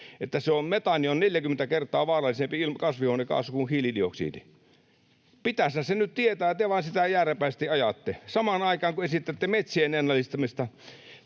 lähes kaikki — 40 kertaa vaarallisempi kasvihuonekaasu kuin hiilidioksidi. Pitäisihän se nyt tietää. Te sitä vain jääräpäisesti ajatte, samaan aikaan kun esitätte metsien ennallistamista.